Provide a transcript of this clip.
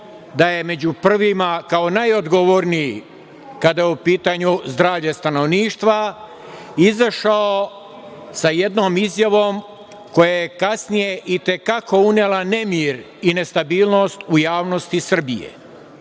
da je među prvima, kao najodgovorniji kada je u pitanju zdravlje stanovništva izašao sa jednom izjavom koja je kasnije i te kako unela nemir i nestabilnost u javnost Srbije.